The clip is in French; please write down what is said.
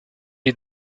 est